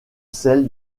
celle